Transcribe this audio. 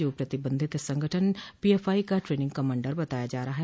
जो प्रतिबंधित संगठन पीएफआई का टनिंग कमांडर बताया जा रहा है